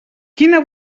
quina